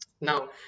now